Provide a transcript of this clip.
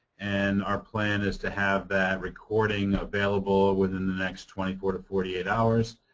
and our plan is to have that recording available within the next twenty four to forty eight hours.